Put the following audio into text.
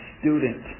student